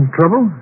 trouble